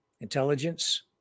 intelligence